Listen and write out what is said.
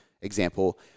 example